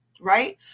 right